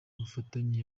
ubufatanye